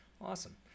Awesome